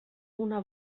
una